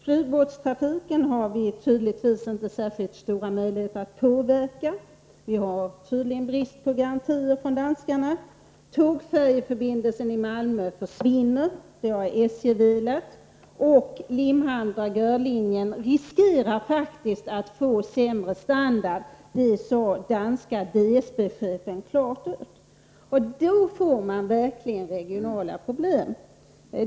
Flygbåtstrafiken har vi uppenbarligen inte stora möjligheter att påverka. Tydligen har vi inte tillräckligt med garantier från danskarna. Tågfärjeförbindelsen i Malmö försvinner. SJ har velat det. Limhamn-Dragör-linjen riskerar faktiskt att få sämre standard. Det säger danska DSB-chefen klart ut. Då får man verkligen regionala problem.